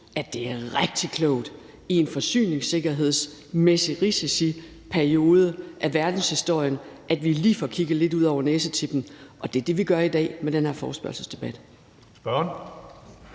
af verdenshistorien, hvor der er forsyningssikkerhedsmæssige risici, lige får kigget lidt ud over næsetippen, og det er det, vi gør i dag med den her forespørgselsdebat.